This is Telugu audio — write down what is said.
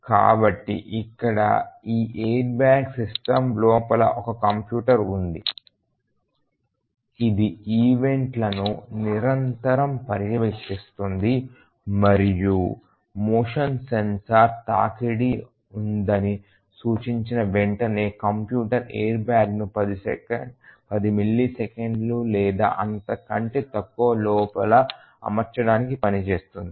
కాబట్టి ఇక్కడ ఈ ఎయిర్బ్యాగ్ సిస్టమ్ లోపల ఒక కంప్యూటర్ ఉంది ఇది ఈవెంట్ లను నిరంతరం పర్యవేక్షిస్తుంది మరియు మోషన్ సెన్సార్ తాకిడి ఉందని సూచించిన వెంటనే కంప్యూటర్ ఎయిర్బ్యాగ్ను 10 మిల్లీసెకన్లు లేదా అంతకంటే తక్కువ లోపల అమర్చడానికి పనిచేస్తుంది